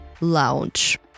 Lounge